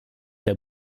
der